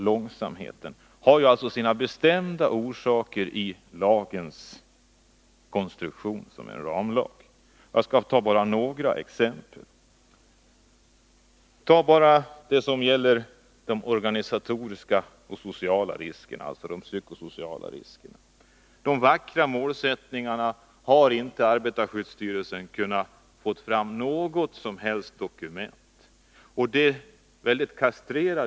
Att det tar så lång tid beror också på denna ramlags konstruktion. Låt mig ge några exempel. Till att börja med handlar det om de organisatoriska och sociala riskerna, dvs. de psykosociala riskerna. Arbetarskyddsstyrelsen har inte på något sätt kunnat dokumentera de vackra målsättningarna.